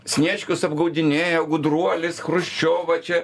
sniečkus apgaudinėjo gudruolis chruščiovą čia